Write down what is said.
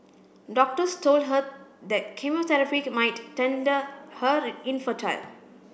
doctors told her that chemotherapy might her infertile